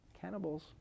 Cannibals